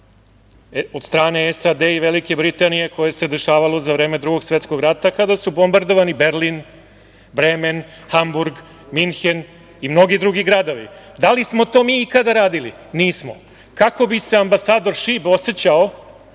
od strane SAD i Velike Britanije, koje se dešavalo za vreme Drugog svetskog rata, kada su bombardovani Berlin, Bremen, Hamburg, Minhen i mnogi drugi gradovi? Da li smo mi to ikada radili? Nismo. Kako bi se ambasador Šib osećao